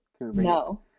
No